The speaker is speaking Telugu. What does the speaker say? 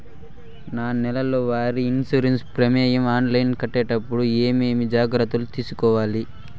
నా నెల వారి ఇన్సూరెన్సు ప్రీమియం ఆన్లైన్లో కట్టేటప్పుడు ఏమేమి జాగ్రత్త లు తీసుకోవాలి?